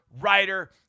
writer